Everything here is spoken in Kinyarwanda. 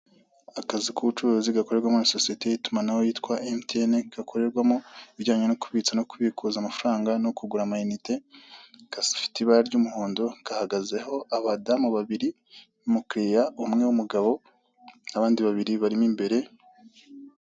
Akazu k'ubucuruzi gakorerwamo na sosiyete y'itumanaho yitwa emutiyene, gakorerwamo ibijyanye no kubitsa no kubikuza amafaranga no kugura amayinite, gafite ibara ry'umuhondo gahagazeho abadamu babiri, umukiliya umwe w'umugabo n'abandi babiri bari mo imbere.